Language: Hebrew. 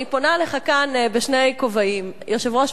אני פונה אליך כאן בשני כובעים: יושב-ראש